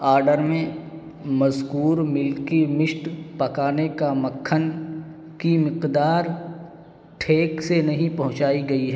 order میں مذکور ملکی مسٹ پکانے کا مکھن کی مقدار ٹھیک سے نہیں پہنچائی گئی ہے